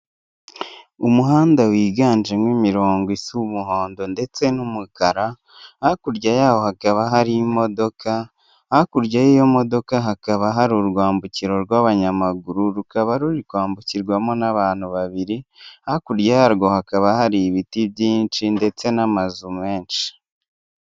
Umuhanda wiganjemo imirongo isa umuhondo ndetse numukara hakurya yawo hakaba hari imodoka hakurya yiyo modoka hakaba hari urwambukiro rwabanyamaguru rukaba ruri kwambukirwamo nabantu babiri hakurya yarwo hakaba hari ibiti byinshi ndetse mamazu menshi.